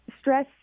stress